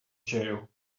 jail